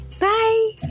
Bye